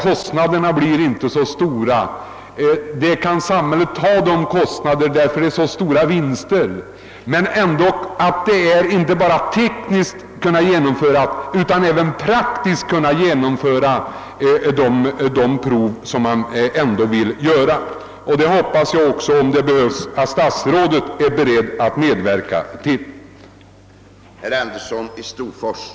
Kostnaderna blir nog inte större än vad samhället kan bära och kommer att uppvägas av de stora vinster man får. Bestämmelserna bör vara så utformade, att man inte bara tekniskt utan även praktiskt kan genomföra de prov som måste genomföras. Jag hoppas att statsrådet är beredd att medverka till detta, om så kommer att behövas.